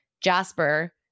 jasper